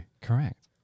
Correct